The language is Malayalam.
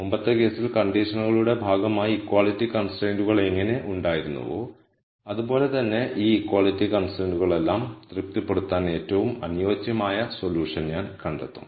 മുമ്പത്തെ കേസിലെ കണ്ടീഷൻകളുടെ ഭാഗമായി ഇക്വാളിറ്റി കൺസ്ട്രൈയ്ന്റുകൾ എങ്ങനെ ഉണ്ടായിരുന്നുവോ അതുപോലെ തന്നെ ഈ ഇക്വാളിറ്റി കൺസ്ട്രൈയ്ന്റുകളെല്ലാം തൃപ്തിപ്പെടുത്താൻ ഏറ്റവും അനുയോജ്യമായ സൊല്യൂഷൻ ഞാൻ കണ്ടെത്തും